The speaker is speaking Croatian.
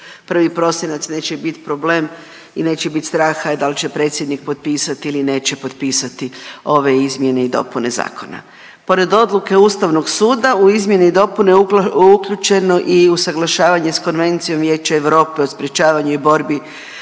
31. prosinac neće bit problem i neće bit straha dal će predsjednik potpisat ili neće potpisati ove izmjene i dopune zakona. Pored odluke Ustavnog suda u izmjene i dopune uključeno je i usaglašavanje s Konvencijom Vijeća Europe o sprječavanju i borbi